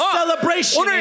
celebration